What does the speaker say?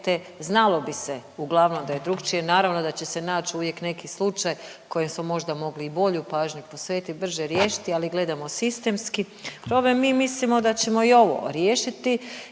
znalo bi se uglavnom da je drukčije. Naravno da će se nać uvijek neki slučaj kojem smo možda mogli i bolju pažnju posvetiti i brže riješiti ali gledamo sistemski. Prema tome mi mislimo da ćemo i ovo riješiti